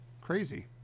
Crazy